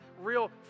real